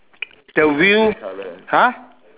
the wheel !huh!